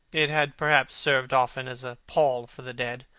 it had perhaps served often as a pall for the dead.